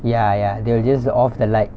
ya ya they will just off the light